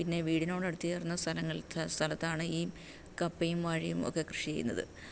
പിന്നെ വീടിനോടടുത്ത് ചേർന്ന സ്ഥലങ്ങൾത്തെ സ്ഥലത്താണ് ഈ കപ്പയും വാഴയും ഒക്കെ കൃഷി ചെയ്യുന്നത്